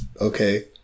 okay